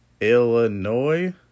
Illinois